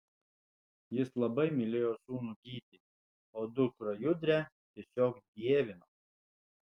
jis labai mylėjo sūnų gytį o dukrą judrę tiesiog dievino